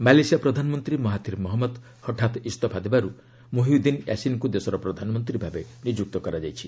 Malaysia ପ୍ରଧାନମନ୍ତ୍ରୀ Mahathir Mohamad ହଠାତ୍ ଇସ୍ତଫା ଦେବାରୁ ମୁହିୟିଦ୍ଦିନ ୟାସିନ୍ଙ୍କୁ ଦେଶର ପ୍ରଧାନମନ୍ତ୍ରୀ ଭାବେ ନିଯୁକ୍ତ କରାଯାଇଛି